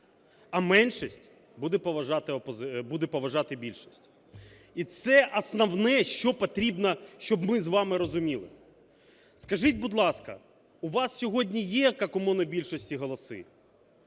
а меншість буде поважати більшість. І це основне, що потрібно, щоб ми з вами розуміли. Скажіть, будь ласка, у вас сьогодні є, як у монобільшості, голоси?